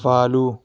follow